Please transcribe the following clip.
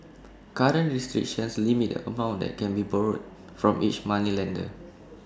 current restrictions limit the amount that can be borrowed from each moneylender